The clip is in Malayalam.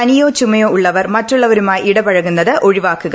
പനിയോ ചുമയോ ഉള്ളവർ മറ്റുള്ളവരുമായി ഇടപഴകുന്നത് ഒഴിവാക്കുക